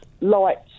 lights